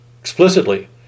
explicitly